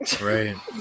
right